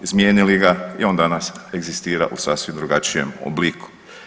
Izmijenili ga i on danas egzistira u sasvim drugačijem obliku.